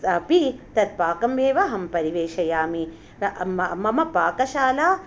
अपि तत्पाकमेव अहं परिवेशयामि मम पाकशाला